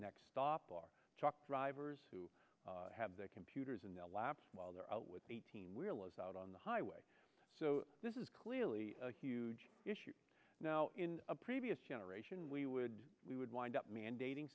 next stop our truck drivers who have their computers in their laps while they're out with eighteen wheelers out on the highway so this is clearly a huge issue now in a previous generation we would we would wind up mandating